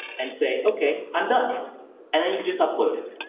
and say, okay, i'm done. and then you just upload it.